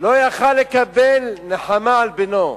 לא יכול היה לקבל נחמה על בנו.